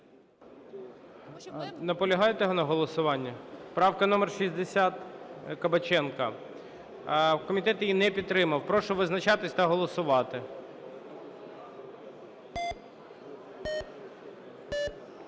Наполягаєте на голосуванні? 73 правка, Кабаченко. Комітет не підтримав. Прошу визначатись та голосувати.